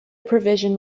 provision